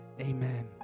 Amen